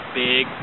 big